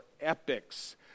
epics